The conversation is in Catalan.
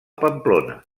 pamplona